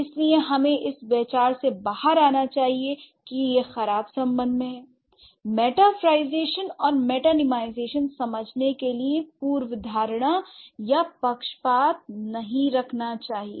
इसलिए हमें इस विचार से बाहर आना चाहिए कि यह खराब सम्बंध में है l मेटाफरlईजेशन और मेटानीमाईजेशन समझने के लिए पूर्वधारणl और पक्षपात नहीं रखना चाहिए